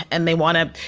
and they want to,